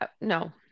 No